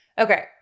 Okay